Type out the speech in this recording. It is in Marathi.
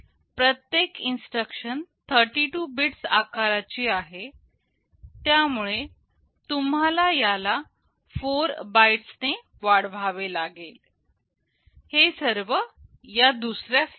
प्रत्येक इन्स्ट्रक्शन 32 बिट्स आकाराची आहे त्यामुळे तुम्हाला याला 4 बाईट्स वाढवावे लागेल